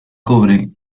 cobre